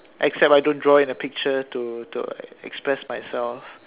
except I don't draw in a picture to to express myself